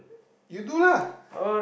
you do lah